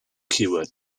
keyword